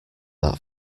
that